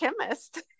chemist